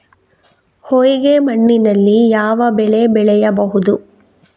ಹೊಯ್ಗೆ ಮಣ್ಣಿನಲ್ಲಿ ಯಾವ ಬೆಳೆ ಬೆಳೆಯಬಹುದು?